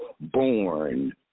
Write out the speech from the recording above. born